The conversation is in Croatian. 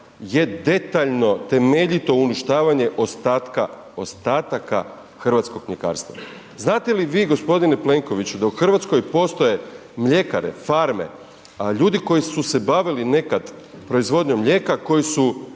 je detaljno, temeljito uništavanje ostatka ostataka hrvatskog mljekarstva. Znate li vi gospodine Plenkoviću da u Hrvatskoj postoje mljekare, farme, ljudi koji su se bavili nekad proizvodnjom mlijeka, koji su